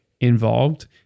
involved